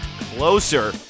Closer